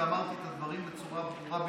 ואמרתי את הדברים בצורה ברורה ביותר.